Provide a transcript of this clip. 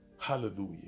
Hallelujah